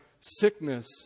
sickness